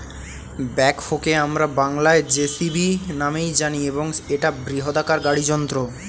ব্যাকহোকে আমরা বংলায় জে.সি.বি নামেই জানি এবং এটা একটা বৃহদাকার গাড়ি যন্ত্র